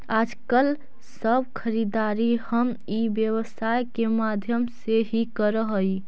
आजकल सब खरीदारी हम ई व्यवसाय के माध्यम से ही करऽ हई